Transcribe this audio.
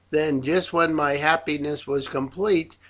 then, just when my happiness was complete,